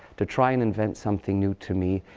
to try and invent something new, to me,